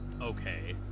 okay